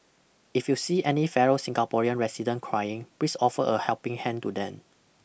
if you see any fellow Singaporean residents crying please offer a helping hand to them